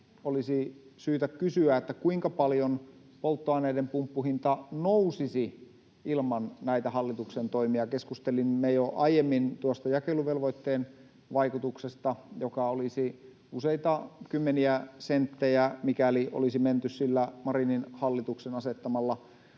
olisi syytä kysyä, kuinka paljon polttoaineiden pumppuhinta nousisi ilman näitä hallituksen toimia. Keskustelimme jo aiemmin tuosta jakeluvelvoitteen vaikutuksesta, joka olisi useita kymmeniä senttejä, mikäli olisi menty sillä Marinin hallituksen asettamalla